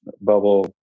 bubble